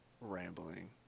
rambling